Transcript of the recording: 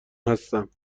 هستم